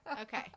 Okay